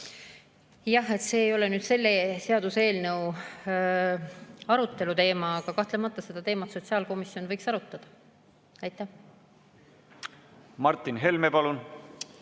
Jah, see ei ole selle seaduseelnõu arutelu teema, aga kahtlemata seda teemat sotsiaalkomisjon võiks arutada. Martin Helme, palun!